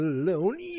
alone